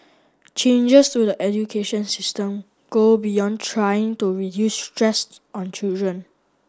changes to the education system go beyond trying to reduce stress on children